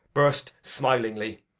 burst smilingly.